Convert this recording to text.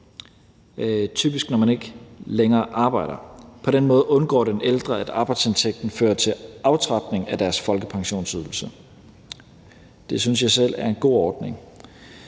typisk når man ikke længere arbejder. På den måde undgår de ældre, at arbejdsindtægten fører til en aftrapning af deres folkepensionsydelse. Det synes jeg selv er en god ordning.